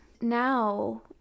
Now